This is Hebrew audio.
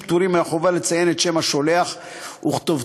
פטורים מהחובה לציין את שם השולח וכתובתו,